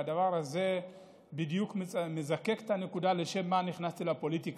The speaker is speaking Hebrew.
והדבר הזה בדיוק מזקק את הנקודה של לשם מה נכנסתי לפוליטיקה.